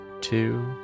two